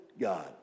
God